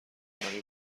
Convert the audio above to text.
برای